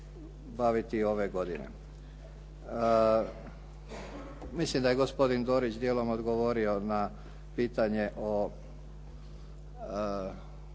baviti ove godine. Mislim da je gospodin Dorić dijelom odgovorio na pitanje o